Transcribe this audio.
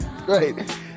Great